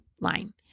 line